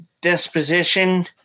disposition